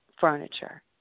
furniture